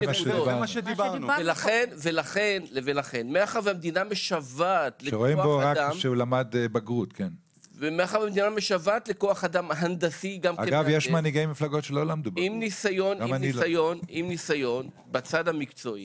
ולכן מאחר והמדינה משוועת לכוח אדם הנדסי עם ניסיון בצד המקצועי,